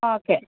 okay